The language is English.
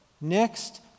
Next